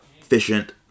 efficient